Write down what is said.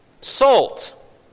Salt